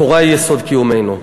התורה היא יסוד קיומנו.